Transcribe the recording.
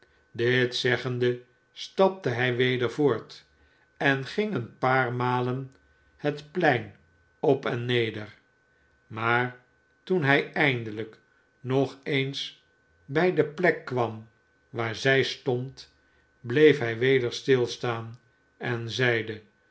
dit zeggende stapte hij weder voort en ging een paar malert het plein op en neder maar toen hij eindelijk nog eens bij deplete kwam waar zij stond bleef hij weder stilstaan en zeide